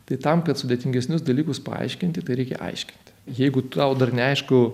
tai tam kad sudėtingesnius dalykus paaiškinti tai reikia aiškinti jeigu tau dar neaišku